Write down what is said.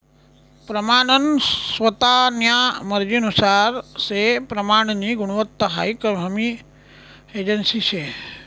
प्रमानन स्वतान्या मर्जीनुसार से प्रमाननी गुणवत्ता हाई हमी एजन्सी शे